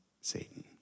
Satan